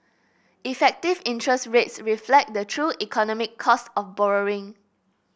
effective interest rates reflect the true economic cost of borrowing